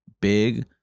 big